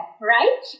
right